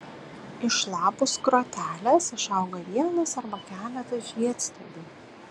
iš lapų skrotelės išauga vienas arba keletas žiedstiebių